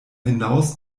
hinaus